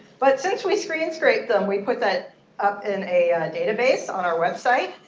but since we screen scraped them, we put that up in a database on our website.